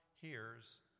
hears